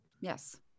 Yes